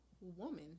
woman